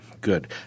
good